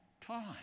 time